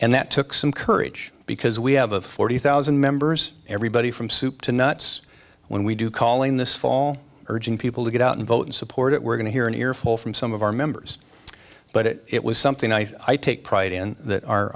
and that took some courage because we have a forty thousand members everybody from soup to nuts when we do calling this fall urging people to get out and vote and support it we're going to hear an earful from some of our members but it was something i take pride in